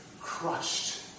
crushed